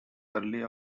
early